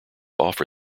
offer